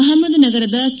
ಅಪಮದ್ ನಗರದ ಕೆ